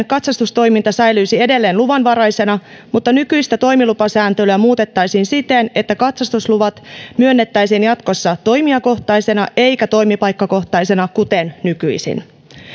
katsastustoiminta säilyisi edelleen luvanvaraisena mutta nykyistä toimilupasääntelyä muutettaisiin siten että katsastusluvat myönnettäisiin jatkossa toimijakohtaisina eikä toimipaikkakohtaisina kuten nykyisin